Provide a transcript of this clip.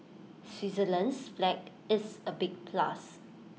Switzerland's flag is A big plus